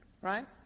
right